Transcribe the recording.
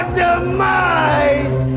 demise